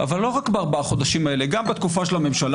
אבל לא רק בארבעת החודשים האלה גם בתקופה של הממשלה